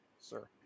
Sir